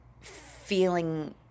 feeling